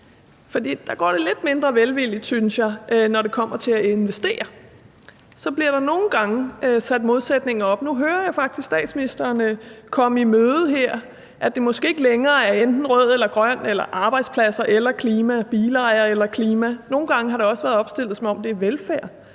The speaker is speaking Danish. der går det lidt mindre velvilligt, synes jeg, når det kommer til at investere. Der bliver nogle gange sat modsætninger op, og nu hører jeg faktisk statsministeren komme i møde her, at det måske ikke længere er enten rød eller grøn, arbejdspladser eller klima, bilejere eller klima, og nogle gange har det også været opstillet, som om det er velfærd